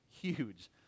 huge